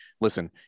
listen